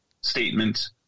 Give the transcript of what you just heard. statement